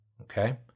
Okay